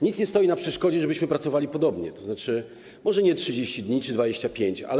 Nic nie stoi na przeszkodzie, żebyśmy pracowali podobnie, tzn. może nie 30 czy 25 dni.